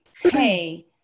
Hey